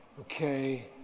Okay